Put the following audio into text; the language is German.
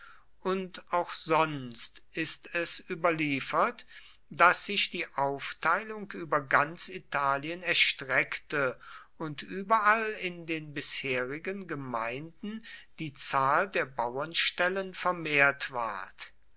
und auch sonst ist es überliefert daß sich die aufteilung über ganz italien erstreckte und überall in den bisherigen gemeinden die zahl der bauernstellen vermehrt ward